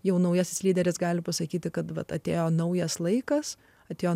jau naujasis lyderis gali pasakyti kad vat atėjo naujas laikas atėjo